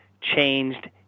changed